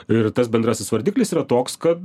ir tas bendrasis vardiklis yra toks kad